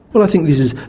well, i think this is,